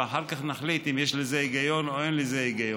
ואחר כך נחליט אם יש בזה היגיון או אין בזה היגיון.